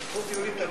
חוק יולי תמיר.